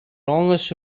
longest